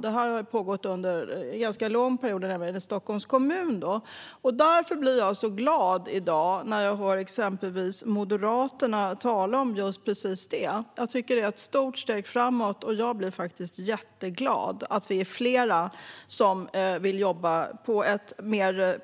Det har pågått under en ganska lång period, även inom Stockholms kommun. Därför blir jag glad i dag när jag hör exempelvis Moderaterna tala om precis det. Det är ett stort steg framåt. Jag blir jätteglad för att vi är fler som vill jobba på ett mer